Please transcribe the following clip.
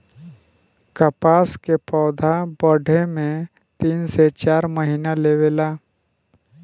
कपास के पौधा बढ़े में तीन से चार महीना लेवे ला